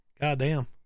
Goddamn